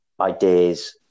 ideas